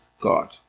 God